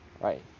right